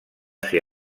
ser